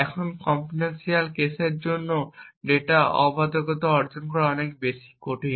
এখন কম্পিউটেশনাল কেসের জন্য ডেটা অবাধকতা অর্জন করা অনেক বেশি কঠিন